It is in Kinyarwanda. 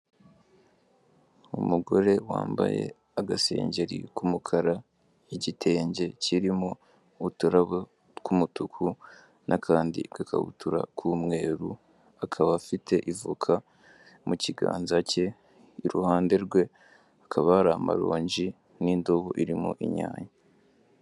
Uyu ni umuntu uri kwambuka aho abanyamaguru bagenewe kwambukira hashushanyije ibara ry'umweru, hirya ye hakaba ari ikinyabiziga gihagaze gitegereje kasoza kwambuka.